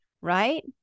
right